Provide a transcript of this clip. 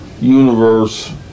universe